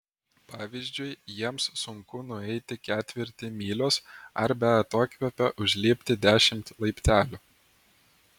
pavyzdžiui jiems sunku nueiti ketvirtį mylios ar be atokvėpio užlipti dešimt laiptelių